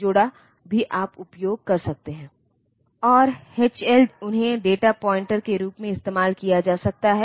और उन ओपकोड का उपयोग करके आप अपने प्रोग्राम को 8085 मशीन लैंग्वेज प्रोग्राम में बदल सकते हैं